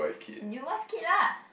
you were kid lah